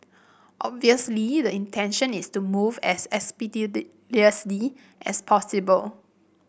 obviously the intention is to move as expeditiously as possible